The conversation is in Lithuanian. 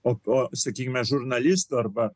o po sakykime žurnalisto arba